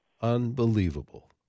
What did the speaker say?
Unbelievable